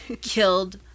killed